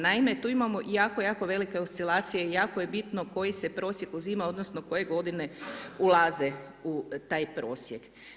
Naime, tu imamo jako, jako velike oscilacije i jako je bitno koji se prosjek uzima odnosno koje godine ulaze u taj prosjek.